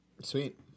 Sweet